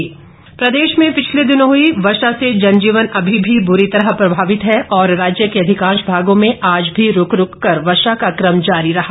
मौसम प्रदेश में पिछले दिनों हुई वर्षा से जनजीवन अभी भी बुरी तरह प्रभावित है और राज्य के अधिकांश भागों में आज भी रूक रूक कर वर्षा का कम जारी रहा